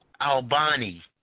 Albani